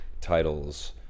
titles